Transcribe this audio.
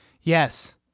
yes